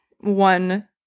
one